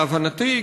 להבנתי,